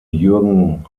jürgen